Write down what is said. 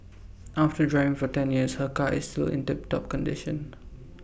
after driving for ten years her car is still in tip top condition